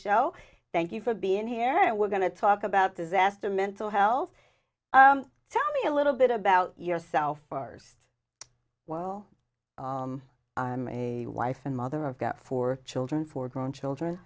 show thank you for being here and we're going to talk about disaster mental health tell me a little bit about yourself bars while i'm a wife and mother i've got four children four grown children